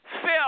Phil